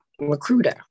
recruiter